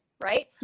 right